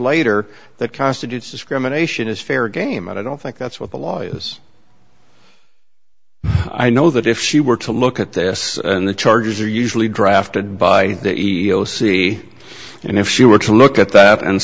later that constitutes discrimination is fair game and i don't think that's what the law is i know that if she were to look at this and the charges are usually drafted by the e e o c and if she were to look at that and